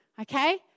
Okay